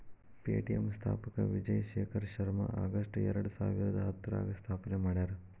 Paytm ಸ್ಥಾಪಕ Vijay Shekhar Sharma August ಎರಡಸಾವಿರದ ಹತ್ತರಾಗ ಸ್ಥಾಪನೆ ಮಾಡ್ಯಾರ